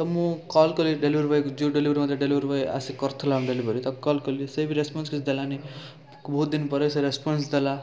ତ ମୁଁ କଲ କଲି ଡେଲିଭରି ବଏକୁ ଯେଉଁ ଡେଲିଭରି ମୋତେ ଡେଲିଭରି ବଏ ଆସି କରିଥିଲା ଡେଲିଭରି ତାକୁ କଲ କଲି ସିଏ ବି ରେସପନ୍ସ କିଛି ଦେଲାନି ବହୁତ ଦିନପରେ ସେ ରେସପନ୍ସ ଦେଲା